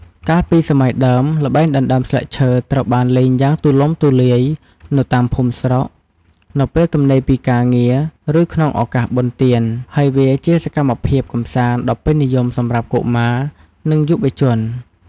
កាលពីសម័យដើម ល្បែងដណ្ដើមស្លឹកឈើត្រូវបានលេងយ៉ាងទូលំទូលាយនៅតាមភូមិស្រុក នៅពេលទំនេរពីការងារ ឬក្នុងឱកាសបុណ្យទាន ហើយវាជាសកម្មភាពកម្សាន្តដ៏ពេញនិយមសម្រាប់កុមារ និងយុវជន។